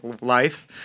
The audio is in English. life